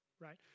right